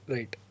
Right